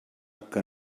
que